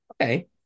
Okay